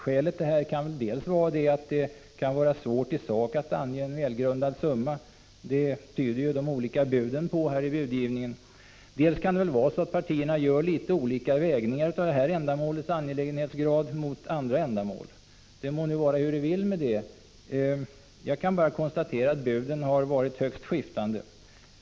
Skälet kan dels vara att det kan vara svårt i sak att ange en välgrundad summa — det tyder de olika buden i budgivningen på. Dels kan det vara så att partierna gör litet olika vägningar av detta ändamåls angelägenhet mot angelägenheten för andra. Det må nu vara hur det vill med detta. Jag kan bara konstatera att buden har varit högst skiftande.